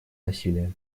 насилие